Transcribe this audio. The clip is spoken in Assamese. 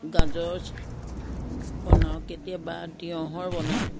গাজৰ বনাওঁ কেতিয়াবা তিঁয়হৰ বনাওঁ